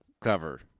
cover